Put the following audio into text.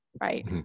right